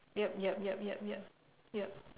yup yup yup yup yup yup